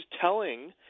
telling